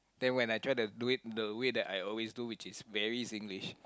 then when I try to do it in the way I always do which is very Singlish